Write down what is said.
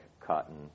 cotton